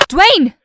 Dwayne